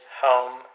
home